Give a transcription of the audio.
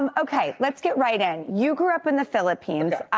um okay, let's get right in. you grew up in the philippines